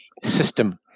system